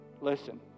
Listen